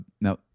now